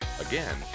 Again